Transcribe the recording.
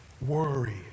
worry